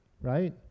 right